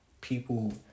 people